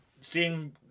seeing